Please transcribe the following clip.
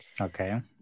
Okay